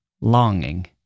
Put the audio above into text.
longing